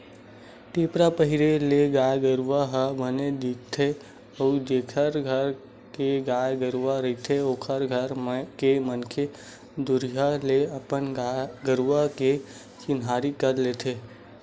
टेपरा पहिरे ले गाय गरु ह बने दिखथे अउ जेखर घर के गाय गरु रहिथे ओखर घर के मनखे दुरिहा ले अपन गरुवा के चिन्हारी कर डरथे